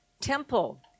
temple